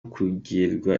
kugirwa